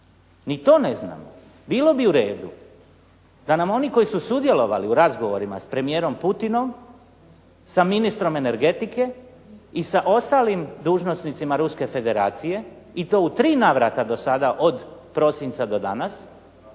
ni to ne znamo. Bilo bi u redu da nam oni koji su sudjelovali u razgovorima sa premijerom Putinom, sa ministrom energetike i sa ostalim dužnosnicima Ruske Federacije i to u tri navrata do sada od prosinca do danas